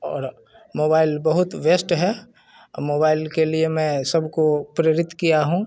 और मोबाइल बहुत वेस्ट है मोबइल के लिए मैं सबको प्रेरित किया हूँ